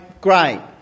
great